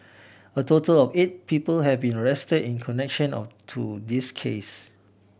a total of eight people have been arrested in connection or to this case